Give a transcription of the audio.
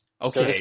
Okay